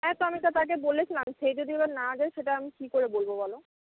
হ্যাঁ তো আমিতো তাকে বলেছিলাম সে যদি এবার না যায় সেটা আমি কি করে বলবো বলো